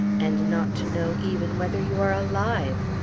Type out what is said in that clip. and not to know even whether you are alive!